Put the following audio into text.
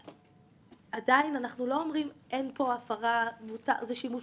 אתה מדבר איתי על פרס, על שימוש